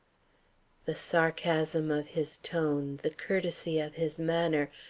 the sarcasm of his tone, the courtesy of his manner,